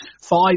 five